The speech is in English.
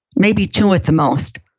maybe two at the most,